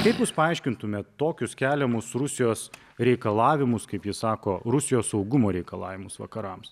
kaip jūs paaiškintumėt tokius keliamus rusijos reikalavimus kaip ji sako rusijos saugumo reikalavimus vakarams